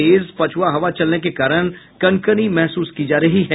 तेज पछुआ हवा चलने के कारण कनकनी महसूस की जा रही है